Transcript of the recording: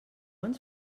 ens